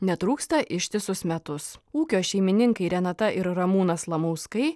netrūksta ištisus metus ūkio šeimininkai renata ir ramūnas lamauskai